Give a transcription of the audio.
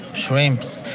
shrimps,